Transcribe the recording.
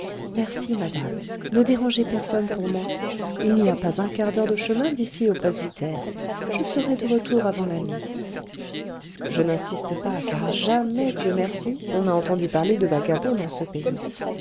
merci madame ne dérangez personne pour moi il n'y a pas un quart d'heure de chemin d'ici au presbytère je serai de retour avant la nuit je n'insiste pas car jamais dieu merci on n'a entendu parler de vagabonds dans ce pays